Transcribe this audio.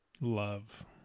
Love